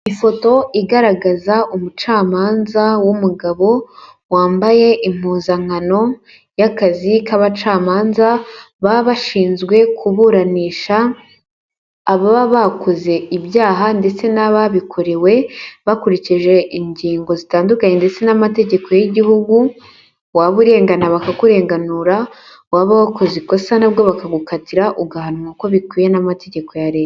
Ifoto igaragaza umucamanza w'umugabo, wambaye impuzankano y'akazi k'abacamanza, baba bashinzwe kuburanisha ababa bakoze ibyaha ndetse n'ababikorewe, bakurikije ingingo zitandukanye ndetse n'amategeko y'igihugu, waba urengana bakakurenganura, waba wakoze ikosa na bwo bakagukatira, ugahanwa uko bikwiye n'amategeko ya leta.